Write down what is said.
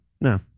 No